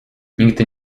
nigdy